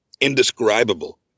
indescribable